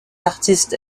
artistes